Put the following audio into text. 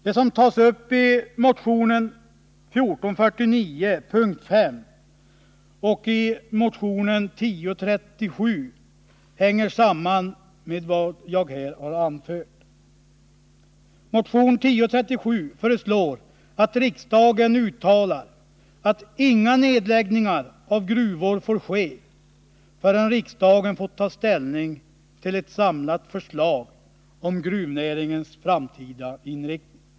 Det som tas upp i motion 1449, punkt 5, och i motion 1037 hänger samman med vad jag här anfört. I motion 1037 föreslås att riksdagen uttalar att inga nedläggningar av gruvor får ske förrän riksdagen fått ta ställning till ett samlat förslag om gruvnäringens framtida inriktning.